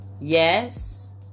Yes